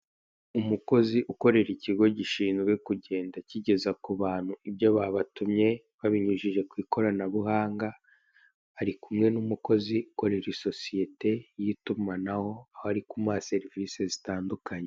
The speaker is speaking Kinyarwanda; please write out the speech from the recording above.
Umukozi ukorera ikigo gishinzwe kugenda kigeza ku bantu ibyo babatumye babinyujije ku ikoranabuhanga ari kumwe n'umukozi ukorera sosiyete y'itumanaho aho ari kumuha serivise zitandukanye.